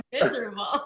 miserable